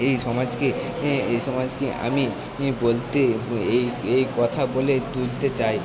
এই সমাজকে এ এই সমাজকে আমি ই বলতে এই এই কথা বলে তুলতে চাই